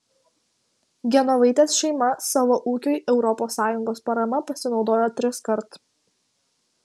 genovaitės šeima savo ūkiui europos sąjungos parama pasinaudojo triskart